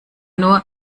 nur